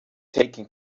taken